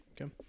Okay